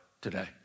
today